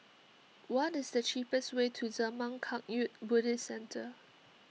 what is the cheapest way to Zurmang Kagyud Buddhist Centre